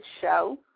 show